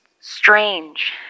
strange